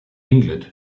england